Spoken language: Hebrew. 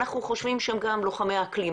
אנחנו חושבים שהם גם לוחמי אקלים,